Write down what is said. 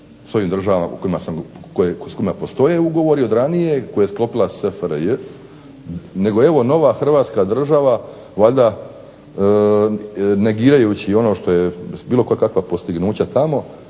sa onim državama s kojima postoje ugovori od ranije, koje je sklopila SFRJ nego nova Hrvatska država valjda negirajući ono što je bilo koja kakva postignuća tamo